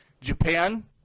Japan